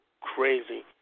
crazy